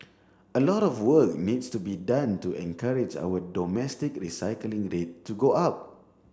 a lot of work needs to be done to encourage our domestic recycling rate to go up